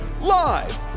live